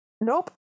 Nope